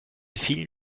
vielen